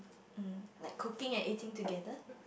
um like cooking and eating together